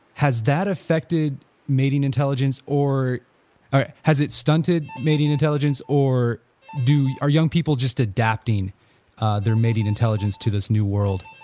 has that affected mating intelligence or or has it stunted mating intelligence or are young people just adapting their mating intelligence to this new world?